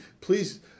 please